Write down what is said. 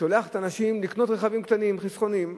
שולח את האנשים לקנות רכבים קטנים, חסכוניים.